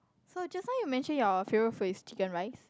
so just now you mentioned your favourite food is chicken rice